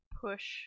push